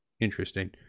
interesting